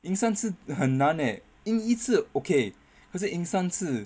赢三次很难 eh 赢一次 okay 可是赢三次